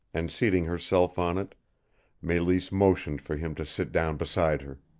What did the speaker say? and seating herself on it meleese motioned for him to sit down beside her.